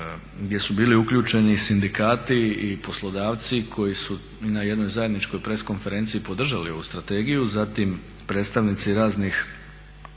gdje su bili uključeni i sindikati i poslodavci koji su i na jednoj zajedničkoj press konferenciji podržali ovu Strategiju, zatim predstavnici raznih